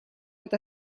это